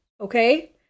Okay